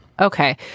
Okay